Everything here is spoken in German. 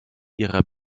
ihrer